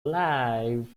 live